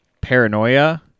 paranoia